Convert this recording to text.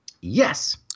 Yes